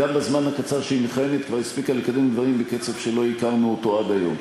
גם בזמן הקצר שהיא מכהנת כבר הספיקה לקדם דברים בקצב שלא הכרנו עד היום.